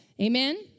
Amen